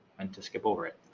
and to skip over it.